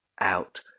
out